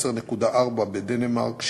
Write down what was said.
10.4 בדנמרק,